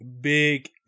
big